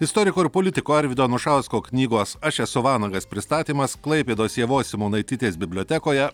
istoriko ir politiko arvydo anušausko knygos aš esu vanagas pristatymas klaipėdos ievos simonaitytės bibliotekoje